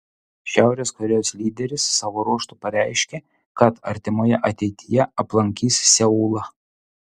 šiaurės korėjos lyderis savo ruožtu pareiškė kad artimoje ateityje aplankys seulą